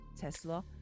Tesla